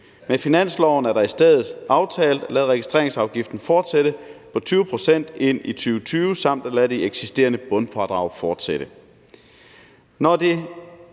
Med finansloven er det i stedet aftalt at lade registreringsafgiften fortsætte på 20 pct. ind i 2020 samt at lade de eksisterende bundfradrag fortsætte.